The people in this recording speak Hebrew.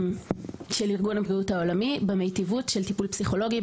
ארגון הבריאות העולמי במיטיבות של טיפול פסיכולוגי,